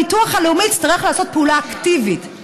הביטוח הלאומי יצטרך לעשות פעולה אקטיבית,